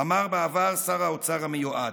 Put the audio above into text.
אמר בעבר שר האוצר המיועד.